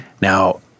Now